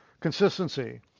Consistency